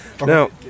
Now